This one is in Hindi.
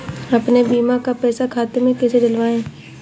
अपने बीमा का पैसा खाते में कैसे डलवाए?